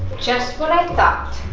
just what i thought!